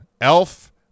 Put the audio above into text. Elf